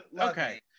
okay